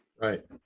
Right